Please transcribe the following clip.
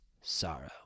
sorrow